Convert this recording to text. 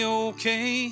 okay